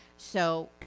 so,